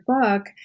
book